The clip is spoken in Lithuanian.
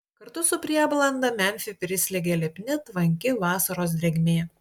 kartu su prieblanda memfį prislėgė lipni tvanki vasaros drėgmė